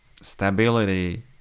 stability